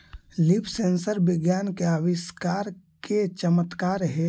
leaf sensor विज्ञान के आविष्कार के चमत्कार हेयऽ